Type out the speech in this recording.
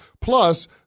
Plus